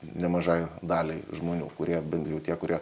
nemažai daliai žmonių kurie bent jau tie kurie